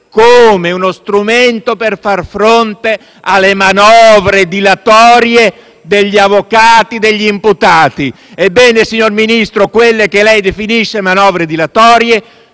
come uno strumento per far fronte alle manovre dilatorie degli avvocati degli imputati. Ebbene, signor Ministro, quelle che lei definisce manovre dilatorie